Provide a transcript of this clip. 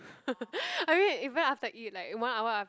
I mean even after I eat like one hour